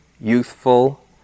youthful